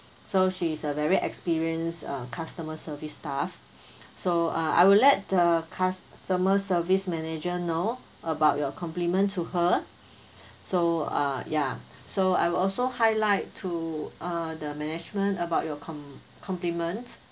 so she is a very experience uh customer service staff so uh I would let the customer service manager know about your compliment to her so uh ya so I will also highlight to uh the management about your com~ compliments